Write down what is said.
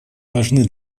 важны